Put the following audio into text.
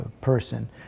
person